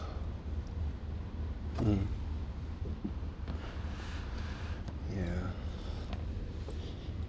mm yeah